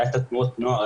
היו את תנועות נוער,